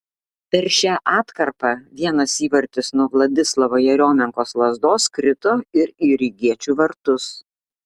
per šią atkarpą vienas įvartis nuo vladislavo jeriomenkos lazdos krito ir į rygiečių vartus